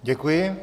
Děkuji.